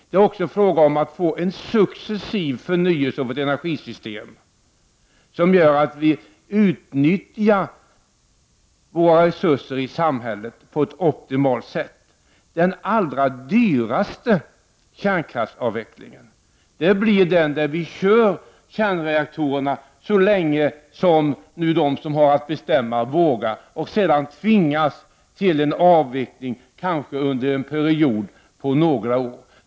Det är också fråga om att successivt förnya energisystemet så att vi optimalt utnyttjar våra resurser i samhället. Den allra dyraste kärnkraftsavvecklingen uppkommer om kärnkraftsreaktorerna används så länge som de som bestämmer vågar. Då tvingas man till en avveckling på kanske ett par år.